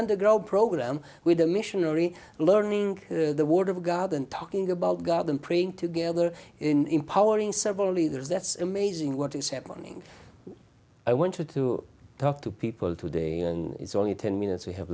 underground program with a missionary learning the word of god and talking about god and praying together in empowering several leaders that's amazing what is happening i wanted to talk to people today and it's only ten minutes we have